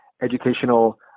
educational